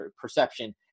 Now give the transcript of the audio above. perception